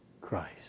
Christ